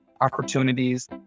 opportunities